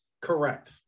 Correct